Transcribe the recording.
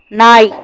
நாய்